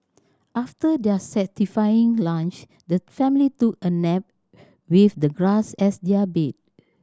after their satisfying lunch the family took a nap with the grass as their bed